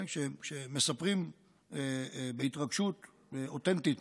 כשמספרים בהתרגשות אותנטית